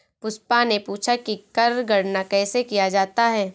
पुष्पा ने पूछा कि कर गणना कैसे किया जाता है?